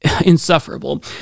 insufferable